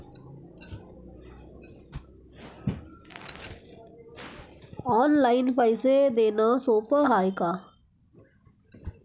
Online पैसे देण सोप हाय का?